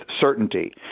certainty